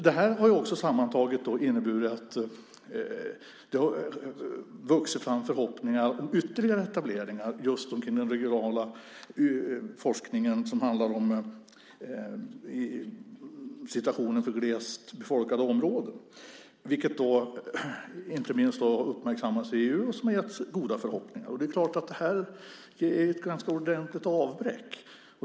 Det har också inneburit att det har vuxit fram förhoppningar om ytterligare etableringar omkring den regionala forskningen som handlar om situationen för glest befolkade områden. Det har inte minst uppmärksammats i EU som har getts goda förhoppningar. Det här är ett ordentligt avbräck.